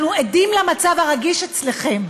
אנחנו עדים למצב הרגיש אצלכם.